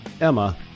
Emma